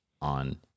on